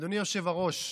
אדוני היושב-ראש,